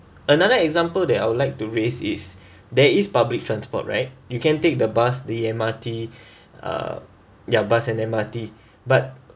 another example that I would like to raise is there is public transport right you can take the bus the M_R_T uh ya bus and M_R_T but